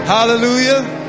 Hallelujah